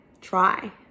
try